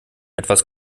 etwas